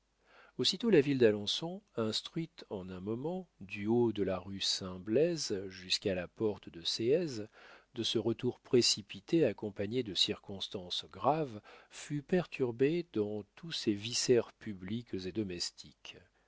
aussitôt la ville d'alençon instruite en un moment du haut de la rue saint blaise jusqu'à la porte de séez de ce retour précipité accompagné de circonstances graves fut perturbée dans tous ses viscères publics et domestiques